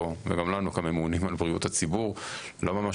וגם לא לנו כממונים על בריאות הציבור לא ממש